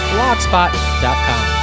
Blogspot.com